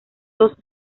dos